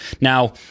Now